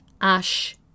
ash